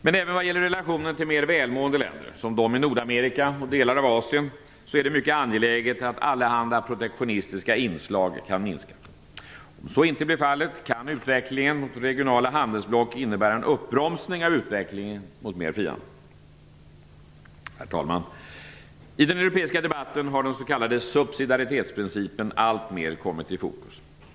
Men även vad det gäller relationen till mer välmående länder, som de i Nordamerika och delar av Asien, är det mycket angeläget att allehanda protektionistiska inslag kan minskas. Om så inte blir fallet kan utvecklingen mot regionala handelsblock innebära en uppbromsning av utvecklingen mot mer frihandel. Herr talman! I den europeiska debatten har den s.k. subsidiaritetsprincipen alltmer kommit i fokus.